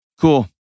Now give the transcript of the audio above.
Cool